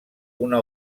una